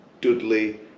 Dudley